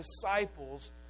disciples